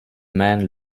man